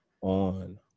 on